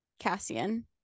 Cassian